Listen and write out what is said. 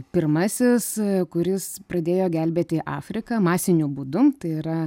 pirmasis kuris pradėjo gelbėti afriką masiniu būdu tai yra